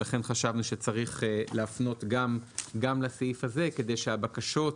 לכן חשבנו שצריך להפנות גם לסעיף הזה כדי שהבקשות,